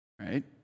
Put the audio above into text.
right